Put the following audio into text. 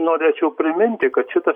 norėčiau priminti kad šitas